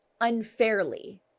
unfairly